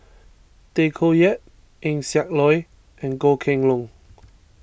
Tay Koh Yat Eng Siak Loy and Goh Kheng Long